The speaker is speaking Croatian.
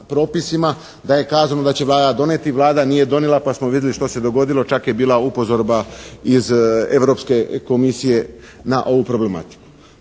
da je kazano da će Vlada donijeti, Vlada nije donijela, pa smo vidjeli što se dogodilo. Čak je bila upozorba iz Europske Komisije na ovu problematiku.